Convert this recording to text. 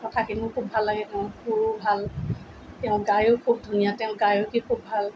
কথাখিনিও খুব ভাল লাগে তেওঁৰ সুৰো ভাল তেওঁ গায়ো খুব ধুনীয়া তেওঁৰ গায়কীও খুব ভাল